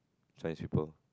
Chinese people